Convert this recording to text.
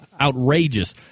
outrageous